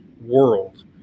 world